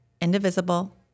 indivisible